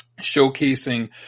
showcasing